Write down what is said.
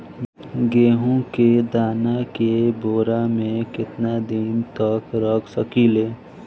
गेहूं के दाना के बोरा में केतना दिन तक रख सकिले?